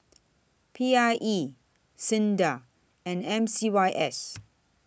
P I E SINDA and M C Y S